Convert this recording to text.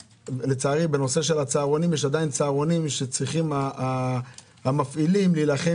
בנושא של צהרונים יש עדיין צהרונים שצריכים המפעילים להילחם